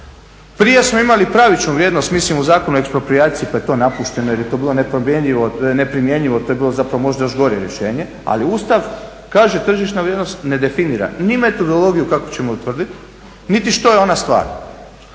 prije smo imali pravičnu vrijednost mislim u Zakonu o eksproprijaciji pa je to napušteno jer je to bilo neprimjenjivo, to je bilo zapravo možda još gore rješenje. Ali Ustav kaže tržišna vrijednost ne definira ni metodologiju kako ćemo je utvrditi niti što je ona stvarno.